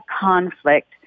conflict